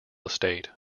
estate